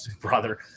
brother